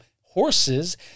horses